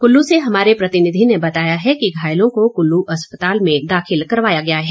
कुल्लू से हमारे प्रतिनिधि ने बताया कि घायलों को कुल्लू अस्पताल में दाखिल करवाया गया है